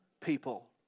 people